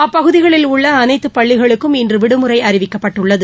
அப்பகுதிகளில் உள்ள அனைத்து பள்ளிகளுக்கும் இன்று விடுமுறை அறிவிக்கப்பட்டுள்ளது